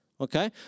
okay